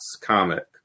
comic